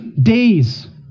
days